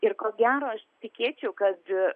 ir ko gero aš tikėčiau kad